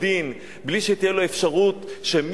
בלי שתהיה לו אפשרות להתקשר לעורך-דין,